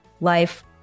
life